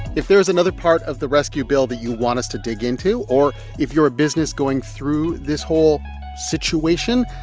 if there's another part of the rescue bill that you want us to dig into, or if you're a business going through this whole situation,